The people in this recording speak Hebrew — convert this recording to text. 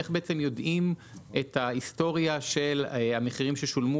איך בעצם יודעים את ההיסטוריה של המחירים ששולמו